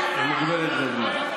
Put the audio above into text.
את מוגבלת בזמן.